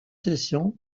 sessions